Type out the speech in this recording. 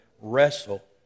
wrestle